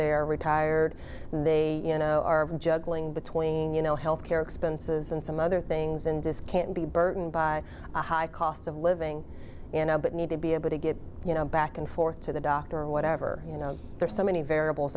they're retired they are juggling between you know health care expenses and some other things in this can't be burdened by the high cost of living in a but need to be able to get you know back and forth to the doctor or whatever you know there are so many variables